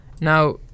Now